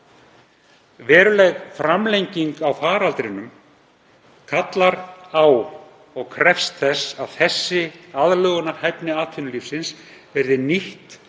Veruleg framlenging á faraldrinum kallar á og krefst þess að þessi aðlögunarhæfni verði nýtt og